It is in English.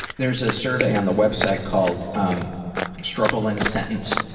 there's a survey on the website called um struggle in a sentence.